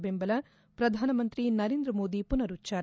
ಬೆಂಬಲ ಪ್ರಧಾನಮಂತ್ರಿ ನರೇಂದ್ರ ಮೋದಿ ಪುನರುಚ್ಚಾರ